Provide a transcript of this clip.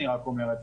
מה שאני אומרת,